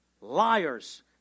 Liars